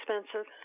expensive